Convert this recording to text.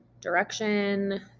direction